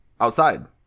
Outside